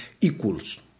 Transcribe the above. equals